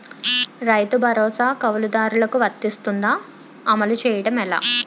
రైతు భరోసా కవులుదారులకు వర్తిస్తుందా? అమలు చేయడం ఎలా